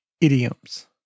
idioms